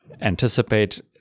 anticipate